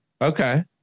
Okay